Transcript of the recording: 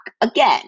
again